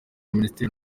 minisiteri